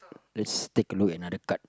let's take a look another card